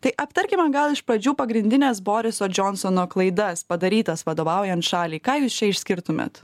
tai aptarkime gal iš pradžių pagrindines boriso džionsono klaidas padarytas vadovaujant šaliai ką jūs čia išskirtumėt